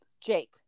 Jake